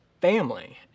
family